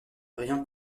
rien